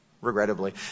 Regrettably